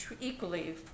equally